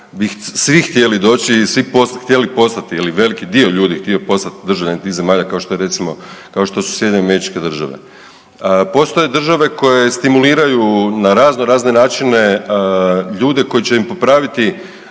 svi htjeli doći i svi htjeli postati, ili veliki dio ljudi htio postat državljanin tih zemalja kao što je recimo, kao što su SAD. Postoje države koje stimuliraju na razno razne načine ljude koji će im popraviti